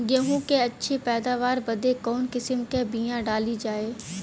गेहूँ क अच्छी पैदावार बदे कवन किसीम क बिया डाली जाये?